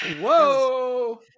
Whoa